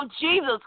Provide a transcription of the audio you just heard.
Jesus